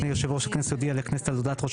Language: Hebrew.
לפני 'יושב ראש הכנסת הודיע לכנסת על הודעת ראש